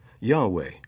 Yahweh